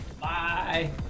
bye